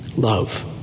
Love